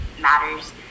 matters